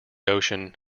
ocean